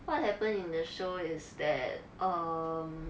what happened in the show is that um